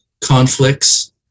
conflicts